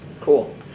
Cool